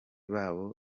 babo